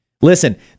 Listen